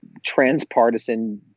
transpartisan